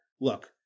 look